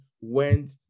went